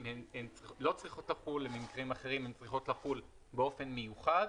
הן לא צריכות לחול ובמקרים אחרים הן צריכות לחול באופן מיוחד.